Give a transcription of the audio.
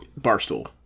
Barstool